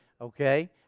okay